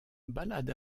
balade